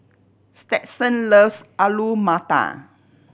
Stetson loves Alu Matar